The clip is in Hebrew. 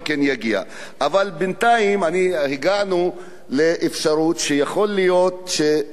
אבל בינתיים הגענו לאפשרות שיכול להיות שמישהו